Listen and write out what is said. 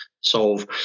solve